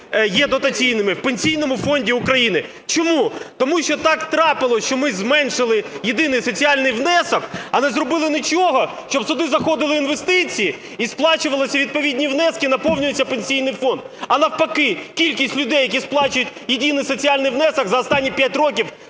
є дотаційними в Пенсійному фонді України. Чому? Тому що так трапилось, що ми зменшили єдиний соціальний внесок, а не зробили нічого щоб сюди заходили інвестиції і сплачувалися відповідні внески і наповнювався Пенсійний фонд. А навпаки кількість людей які сплачують Єдиний соціальний внесок за останні 5 років